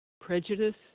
prejudice